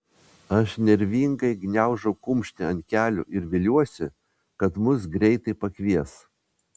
aš nervingai gniaužau kumštį ant kelių ir viliuosi kad mus greitai pakvies